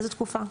לאיזה תקופה?